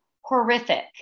horrific